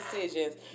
decisions